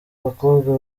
bakobwa